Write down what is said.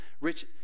Rich